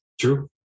True